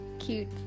cute